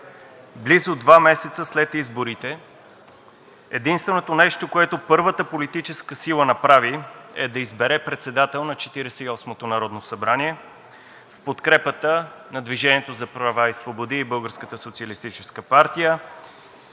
близо два месеца след изборите единственото нещо, което първата политическа сила направи, е да избере председател на Четиридесет и осмото народно събрание с подкрепата на „Движение за права и свободи“ и